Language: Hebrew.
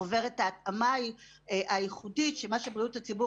עובר את ההתאמה הייחודית של מה שבריאות הציבור